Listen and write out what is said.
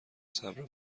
صبر